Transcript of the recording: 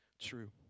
true